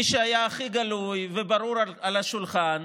מי שהיה הכי גלוי וברור על השולחן,